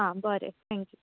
आ बरें थँक्यू